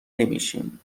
نمیشیم